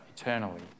eternally